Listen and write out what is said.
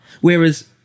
Whereas